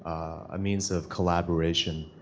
a means of collaboration,